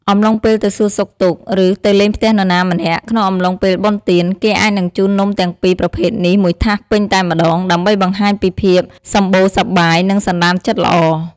អំឡុងពេលទៅសួរសុខទុក្ខ ឬ ទៅលេងផ្ទះនរណាម្នាក់ ក្នុងអំឡុងពេលបុណ្យទាន គេអាចនឹងជូននំទាំងពីរប្រភេទនេះមួយថាសពេញតែម្ដង ដើម្បីបង្ហាញពីភាពសម្បូរសប្បាយ និងសណ្ដានចិត្តល្អ។